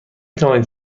توانید